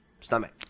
stomach